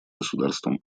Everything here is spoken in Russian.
государствам